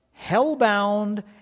hellbound